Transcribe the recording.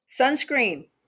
sunscreen